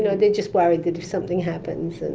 know, they're just worried that if something happens,